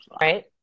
Right